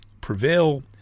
prevail